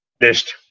finished